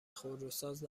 خودروساز